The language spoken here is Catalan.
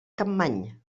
capmany